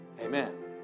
Amen